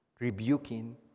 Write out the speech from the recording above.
rebuking